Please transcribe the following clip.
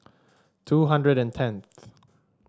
two hundred and tenth